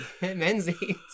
Menzies